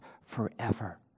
forever